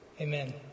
Amen